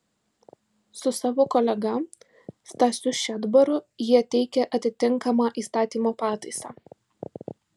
su savo kolega stasiu šedbaru jie teikia atitinkamą įstatymo pataisą